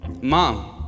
Mom